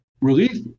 relief